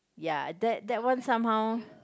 ya that that what somehow